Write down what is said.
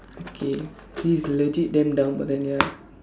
okay this is legit damn dumb but then ya